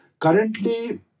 Currently